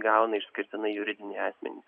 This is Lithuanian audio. gauna išskirtinai juridiniai asmenys